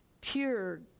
Pure